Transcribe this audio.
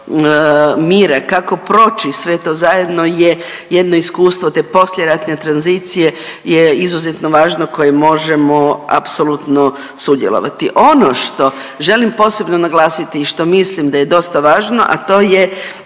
kako proći sve to zajedno je jedno iskustvo te poslijeratne tranzicije je izuzetno važno koje možemo apsolutno sudjelovati. Ono što želim posebno naglasiti i što mislim da je dosta važno, a to je